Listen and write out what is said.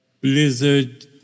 Blizzard